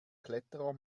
kletterer